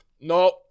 No